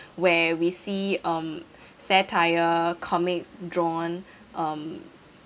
where we see um satire comics drawn um